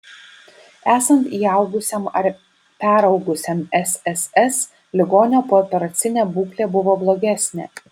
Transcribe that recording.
esant įaugusiam ar peraugusiam sss ligonio pooperacinė būklė buvo blogesnė